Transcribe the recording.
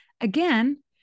again